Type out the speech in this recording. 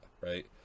right